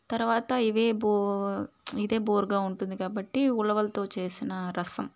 తరువాత ఇవే బో ఇదే బోరుగా ఉంటుంది కాబట్టి ఉలవలతో చేసిన రసం